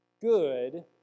good